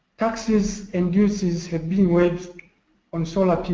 taxes and duties have been waived on solar pv